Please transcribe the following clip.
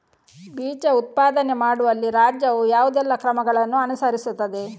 ಬೀಜ ಉತ್ಪಾದನೆ ಮಾಡುವಲ್ಲಿ ರಾಜ್ಯವು ಯಾವುದೆಲ್ಲ ಕ್ರಮಗಳನ್ನು ಅನುಕರಿಸುತ್ತದೆ?